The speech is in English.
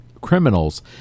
criminals